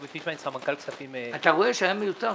אני סמנכ"ל כספים ב"לאומי קארד".